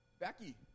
Becky